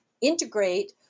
integrate